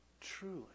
truly